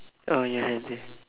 oh ya I have the